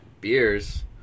beers